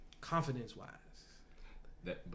confidence-wise